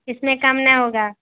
اس میں کم نہیں ہوگا